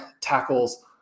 tackles